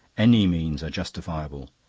any means are justifiable.